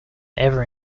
ever